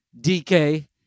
DK